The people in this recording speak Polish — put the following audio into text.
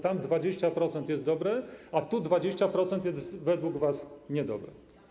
Tam 20% jest dobre, a tu 20% jest według was niedobre.